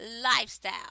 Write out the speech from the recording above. lifestyle